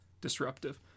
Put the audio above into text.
disruptive